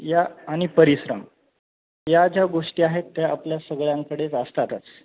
या आणि परिश्रम या ज्या गोष्टी आहेत त्या आपल्या सगळ्यांकडेच असतातच